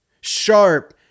sharp